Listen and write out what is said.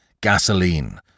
gasoline